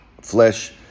flesh